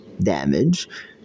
damage